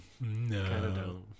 no